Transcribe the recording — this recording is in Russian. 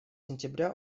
сентября